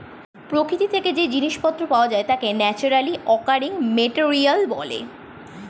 প্রকৃতি থেকে যেই জিনিস পত্র পাওয়া যায় তাকে ন্যাচারালি অকারিং মেটেরিয়াল বলে